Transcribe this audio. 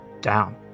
down